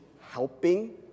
helping